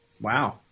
wow